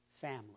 family